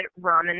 ramen